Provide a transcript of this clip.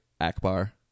Akbar